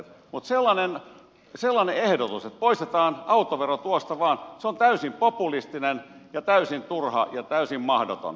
mutta sellainen ehdotus että poistetaan autovero tuosta vain on täysin populistinen ja täysin turha ja täysin mahdoton